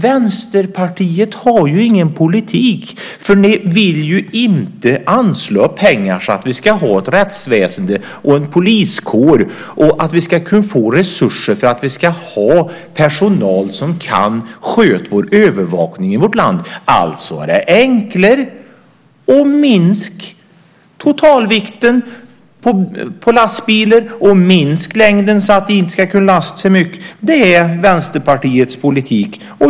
Vänsterpartiet har ingen politik. Ni vill inte anslå pengar för att vi ska ha ett rättsväsende och en poliskår och för att vi ska kunna få resurser för att ha personal som kan sköta övervakningen i vårt land. Alltså är det enklare att minska totalvikten på lastbilar och minska längden så att de inte ska kunna lasta så mycket. Det är Vänsterpartiets politik.